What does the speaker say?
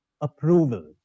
approval